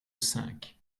cinq